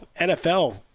NFL